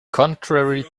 contrary